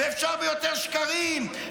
ואפשר ביותר שקרים,